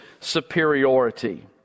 superiority